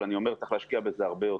אבל צריך להשקיע בזה הרבה יותר.